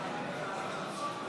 נגד.